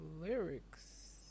lyrics